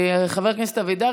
חבר הכנסת אבידר,